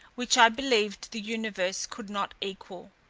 which i believe the universe could not equal.